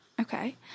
Okay